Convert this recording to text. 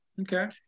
Okay